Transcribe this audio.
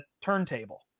turntable